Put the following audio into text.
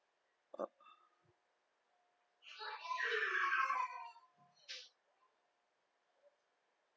oh